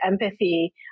empathy